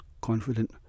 confident